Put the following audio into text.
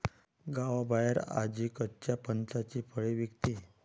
गावाबाहेर आजी कच्च्या फणसाची फळे विकते